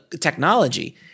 technology